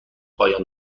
پایان